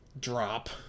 Drop